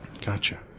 Gotcha